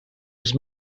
els